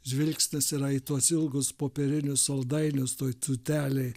žvilgsnis yra į tuos ilgus popierinius saldainius toj tūtelėj